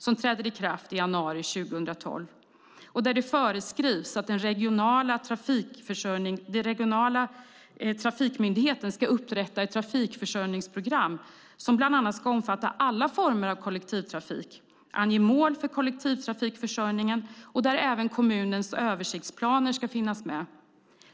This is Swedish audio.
Den träder i kraft i januari 2012, och där föreskrivs att den regionala trafikmyndigheten ska upprätta ett trafikförsörjningsprogram som bland annat ska omfatta alla former av kollektivtrafik och ange mål för kollektivtrafikförsörjningen. Även kommunernas översiktsplaner ska finnas med.